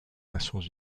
nations